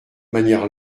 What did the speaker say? manière